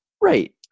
right